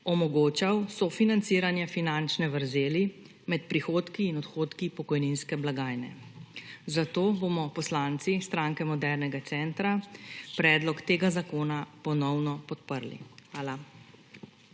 omogočal sofinanciranje finančne vrzeli med prihodki in odhodki pokojninske blagajne. Zato bomo poslanci Stranke modernega centra predlog tega zakona ponovno podprli. Hvala.